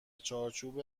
چارچوب